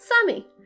Sammy